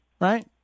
right